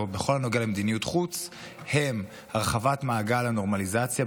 בכל הנוגע למדיניות חוץ הם הרחבת מעגל הנורמליזציה,